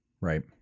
Right